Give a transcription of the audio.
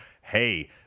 hey